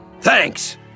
Thanks